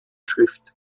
schrift